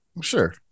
Sure